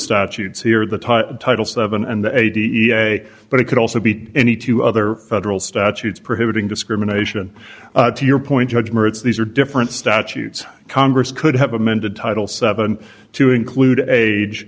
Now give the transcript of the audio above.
statutes here the title title seven and the a d e a a but it could also be any two other federal statutes prohibiting discrimination to your point judgments these are different statutes congress could have amended title seven to include